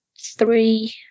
three